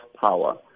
power